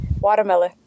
Watermelon